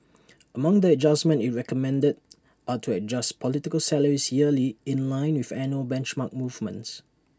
among the adjustments IT recommended are to adjust political salaries yearly in line with annual benchmark movements